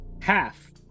half